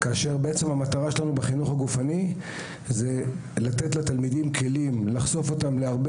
והמטרה שלנו בחינוך הגופני היא לתת לתלמידים כלים ולחשוף אותם להרבה